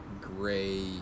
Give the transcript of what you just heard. gray